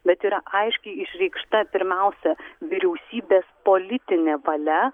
bet yra aiškiai išreikšta pirmiausia vyriausybės politinė valia